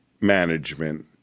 management